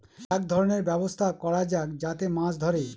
এক ধরনের ব্যবস্থা করা যাক যাতে মাছ ধরে